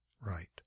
Right